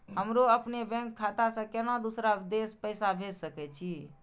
हमरो अपने बैंक खाता से केना दुसरा देश पैसा भेज सके छी?